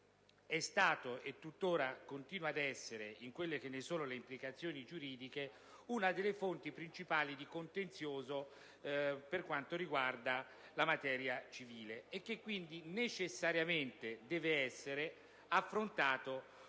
è stato, e tuttora continua ad essere, nelle sue implicazioni giuridiche, una delle fonti principali di contenzioso per quanto riguarda la materia civile, e che quindi necessariamente deve essere affrontato